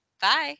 Bye